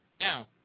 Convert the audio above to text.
Now